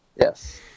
yes